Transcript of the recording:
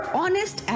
honest